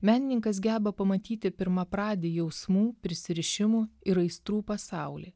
menininkas geba pamatyti pirmapradį jausmų prisirišimų ir aistrų pasaulį